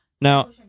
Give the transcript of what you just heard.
Now